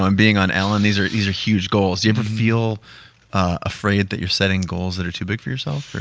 um being on ellen, these are these are huge goals. you ever feel afraid that you're setting goals that are too big for yourself,